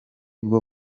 bwo